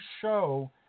show